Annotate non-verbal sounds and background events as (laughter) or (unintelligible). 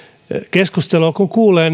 keskustelua kun kuulee (unintelligible)